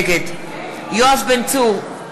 נגד יואב בן צור,